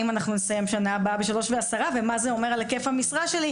האם אנחנו נסיים שנה הבאה ב-15:10 ומה זה אומר על היקף המשרה שלי?